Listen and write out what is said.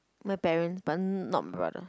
my parents but not my brother